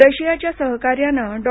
रशियाच्या सहकार्यानं डॉ